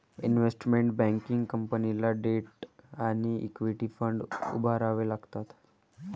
investment banking कंपनीला debt आणि equity fund उभारावे लागतात